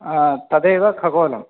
तदेव खगोलं